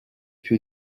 più